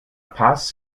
paz